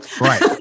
Right